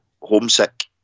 homesick